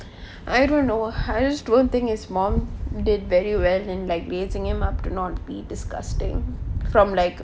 I don't know ah I just don't think his mom did very well in like raising him up to not be disgusting from like